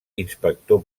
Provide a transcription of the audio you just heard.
inspector